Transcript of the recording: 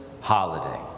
holiday